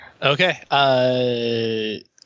Okay